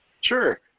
Sure